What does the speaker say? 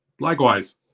Likewise